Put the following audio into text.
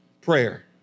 Prayer